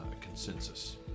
consensus